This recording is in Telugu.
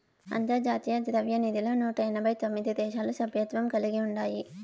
అంతర్జాతీయ ద్రవ్యనిధిలో నూట ఎనబై తొమిది దేశాలు సభ్యత్వం కలిగి ఉండాయి